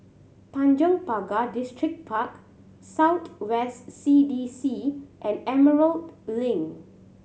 Tanjong Pagar Distripark South West C D C and Emerald Link